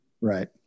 right